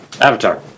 Avatar